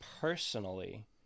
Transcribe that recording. personally